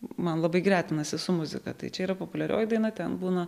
man labai gretinasi su muzika tai čia yra populiarioji daina ten būna